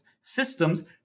systems